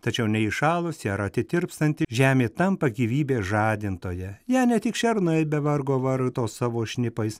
tačiau neįšalusi ar atitirpstanti žemė tampa gyvybės žadintoja ją ne tik šernai be vargo varto savo šnipais